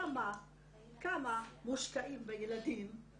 כמה מושקעים בילדים,